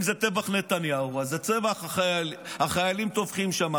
אם זה טבח נתניהו, אז החיילים טובחים שם.